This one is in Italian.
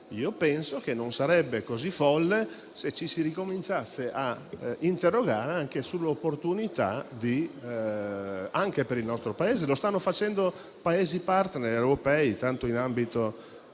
Penso che non sarebbe così folle se ci si ricominciasse a interrogare sulla sua opportunità anche per il nostro Paese, come stanno facendo Paesi *partner* europei, tanto in ambito